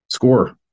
Score